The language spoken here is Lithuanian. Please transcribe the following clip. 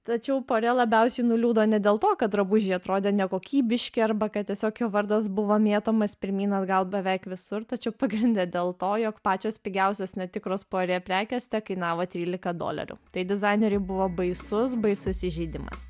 tačiau poerė labiausiai nuliūdo ne dėl to kad drabužiai atrodė nekokybiški arba kad tiesiog jo vardas buvo mėtomas pirmyn atgal beveik visur tačiau pagrinde dėl to jog pačios pigiausios netikros poerė prekės tekainavo trylika dolerių tai dizaineriui buvo baisus baisus įžeidimas